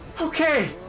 Okay